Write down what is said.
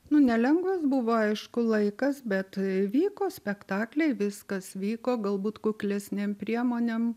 nu nelengvas buvo aišku laikas bet vyko spektakliai viskas vyko galbūt kuklesnėm priemonėm